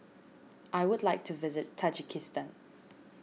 I would like to visit Tajikistan